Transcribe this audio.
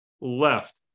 left